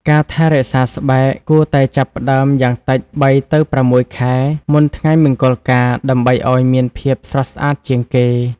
ការថែរក្សាស្បែកគួរតែចាប់ផ្តើមយ៉ាងតិច ៣ ទៅ ៦ ខែមុនថ្ងៃមង្គលការដើម្បីអោយមានភាពស្រស់ស្អាតជាងគេ ។